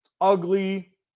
ugly